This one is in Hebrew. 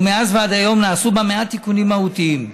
ומאז ועד היום נעשו בה מעט תיקונים מהותיים.